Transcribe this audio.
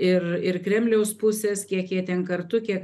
ir ir kremliaus pusės kiek jie ten kartu kiek